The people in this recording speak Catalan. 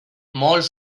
molt